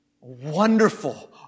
Wonderful